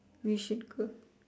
we should go